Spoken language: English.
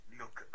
look